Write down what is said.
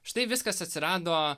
štai viskas atsirado